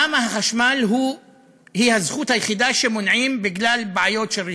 למה חשמל הוא הזכות היחידה שמונעים בגלל בעיות של רישוי?